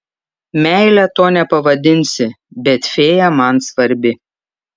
meile to nepavadinsi bet fėja man svarbi